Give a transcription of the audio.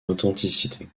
authenticité